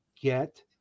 get